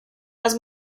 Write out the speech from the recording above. las